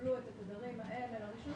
שיקבלו את התדרים האלה לראשונה,